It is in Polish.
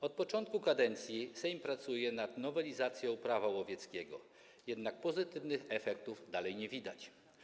Od początku kadencji Sejm pracuje nad nowelizacją Prawa łowieckiego, jednak pozytywnych efektów dalej nie widać.